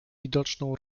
widoczną